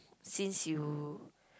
since you